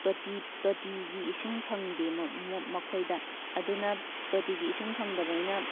ꯇꯣꯇꯤ ꯇꯣꯇꯤꯒꯤ ꯏꯁꯤꯡ ꯐꯪꯗꯦ ꯃꯈꯣꯏꯗ ꯑꯗꯨꯅ ꯇꯣꯇꯤꯒꯤ ꯏꯁꯤꯡ ꯐꯪꯗꯕꯅꯤꯅ